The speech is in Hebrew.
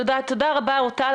תודה, תודה רבה, אורטל.